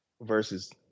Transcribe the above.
versus